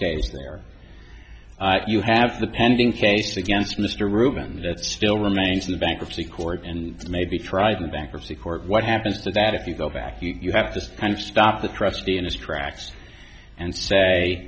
there you have the pending case against mr reubens it still remains in the bankruptcy court and may be tried in bankruptcy court what happens to that if you go back you have to kind of stop the trustee in its tracks and say